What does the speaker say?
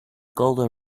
golden